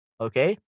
Okay